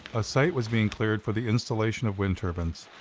a site was being cleared for the installation of wind turbines.